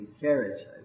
carriage